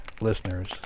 listeners